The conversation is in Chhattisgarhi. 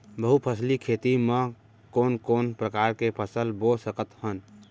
बहुफसली खेती मा कोन कोन प्रकार के फसल बो सकत हन?